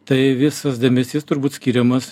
tai visas dėmesys turbūt skiriamas